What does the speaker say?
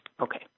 Okay